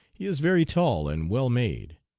he is very tall and well made.